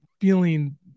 feeling